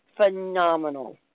Phenomenal